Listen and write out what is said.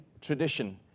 tradition